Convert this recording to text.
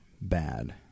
bad